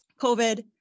COVID